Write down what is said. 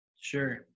sure